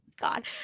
god